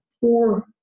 four